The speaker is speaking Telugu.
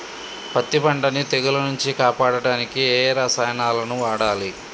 పత్తి పంటని తెగుల నుంచి కాపాడడానికి ఏ రసాయనాలను వాడాలి?